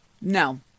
No